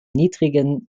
niedrigen